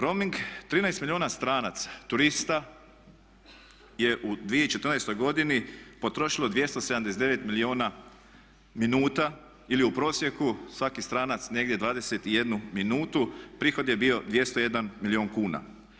Roaming 13 milijuna stranaca, turista je u 2014. godini potrošilo 279 milijuna minuta ili u prosjeku svaki stranac negdje 21 minutu, prihod je bio 201 milijun kuna.